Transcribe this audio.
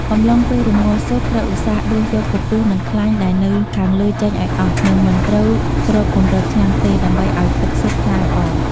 អំឡុងពេលរម្ងាស់ស៊ុបត្រូវឧស្សាហ៍ដួសយកពពុះនិងខ្លាញ់ដែលនៅខាងលើចេញឱ្យអស់ និងមិនត្រូវគ្របគម្របឆ្នាំងទេដើម្បីឱ្យទឹកស៊ុបថ្លាល្អ។